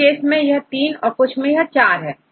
कुछ केस मैं यह तीन और कुछ मैं यह चार हैं